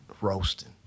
Roasting